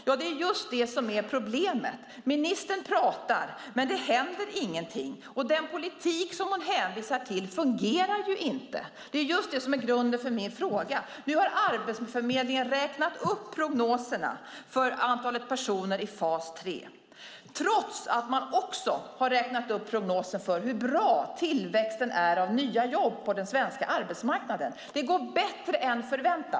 Ja, det är just det som är problemet. Ministern pratar, men det händer ingenting. Och den politik som hon hänvisar till fungerar ju inte. Det är just det som är grunden för min fråga. Nu har Arbetsförmedlingen räknat upp prognoserna för antalet personer i fas 3. Man har också räknat upp prognosen hur bra tillväxten av nya jobb på den svenska arbetsmarknaden är. Det går bättre än förväntat.